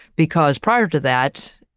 because prior to that,